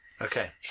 Okay